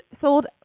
sold